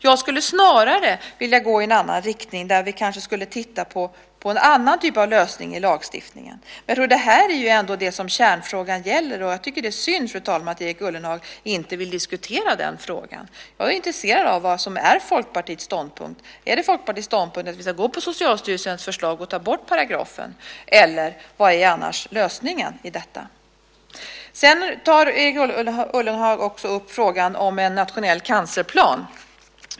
Jag skulle snarare vilja gå i en annan riktning, där vi kanske skulle titta på en annan typ av lösning i lagstiftningen. Det här är ju ändå det som kärnfrågan gäller. Jag tycker att det är synd, fru talman, att Erik Ullenhag inte vill diskutera den frågan. Jag är intresserad av vad som är Folkpartiets ståndpunkt. Är det Folkpartiets ståndpunkt att vi ska gå på Socialstyrelsens förslag och ta bort paragrafen? Vad är annars lösningen i detta? Sedan tar Erik Ullenhag upp frågan om en nationell cancerplan.